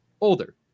older